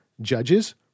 Judges